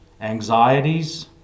anxieties